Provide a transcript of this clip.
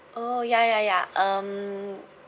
oh ya ya ya um